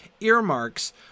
earmarks